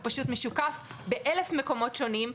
הוא פשוט משוקף באלף מקומות שונים,